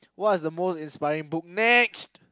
what is the most inspiring book next